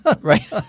Right